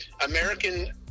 American